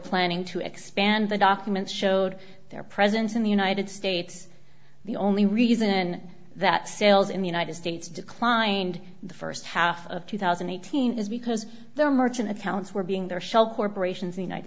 planning to expand the documents showed their presence in the united states the only reason that sales in the united states declined the first half of two thousand and eighteen is because the merchant accounts were being there shell corporations the united